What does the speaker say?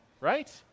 right